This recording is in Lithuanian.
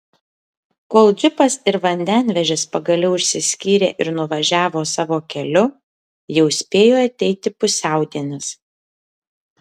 kol džipas ir vandenvežis pagaliau išsiskyrė ir nuvažiavo savo keliu jau spėjo ateiti pusiaudienis